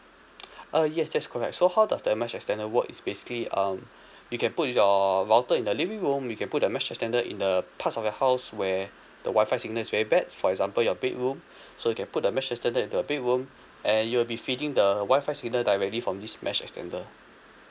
uh yes that's correct so how does that mesh extender work is basically um you can put your router in the living room you can put the mesh extender in the parts of your house where the wi-fi signal is very bad for example your bedroom so we can put the mesh extender into your bedroom and you'll be feeding the wi-fi signal directly from this mesh extender